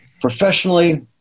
professionally